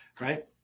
right